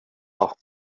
auch